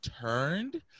turned